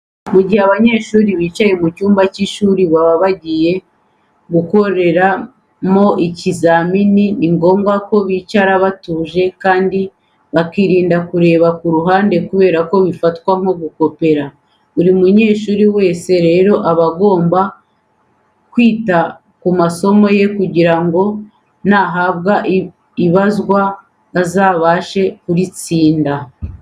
Mu gihe abanyeshuri bicaye mu cyumba cy'ishuri baba bagiye gukoreramo ikizamini, ni ngombwa ko bicara batuje kandi bakirinda kureba ku ruhande kubera ko bifatwa nko gukopera. Buri munyeshuri wese rero aba agomba kwita ku masomo yiga kugira ngo nahabwa ibazwa azabashe kuritsinda.